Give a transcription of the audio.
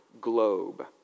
globe